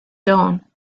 dawn